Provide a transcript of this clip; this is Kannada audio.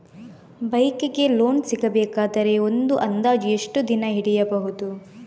ಬೈಕ್ ಗೆ ಲೋನ್ ಸಿಗಬೇಕಾದರೆ ಒಂದು ಅಂದಾಜು ಎಷ್ಟು ದಿನ ಹಿಡಿಯಬಹುದು?